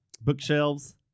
bookshelves